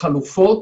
החלופות,